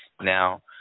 Now